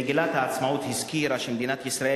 מגילת העצמאות הזכירה שמדינת ישראל